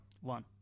One